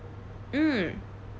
mm